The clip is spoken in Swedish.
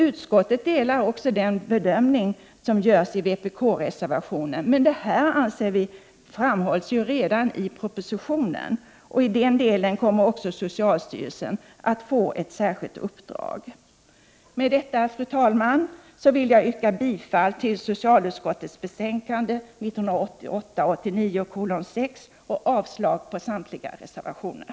Utskottet delar denl bedömning som görs i vpk-reservationen. Men detta framhålls redan il propositionen. I den delen kommer också socialstyrelsen att få ett särskilt uppdrag. Med detta, fru talman, vill jag yrka bifall till hemställan i socialutskottets betänkande 1988/89:6 och avslag på samtliga reservationer.